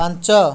ପାଞ୍ଚ